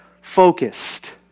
focused